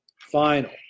final